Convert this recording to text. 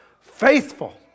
faithful